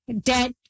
debt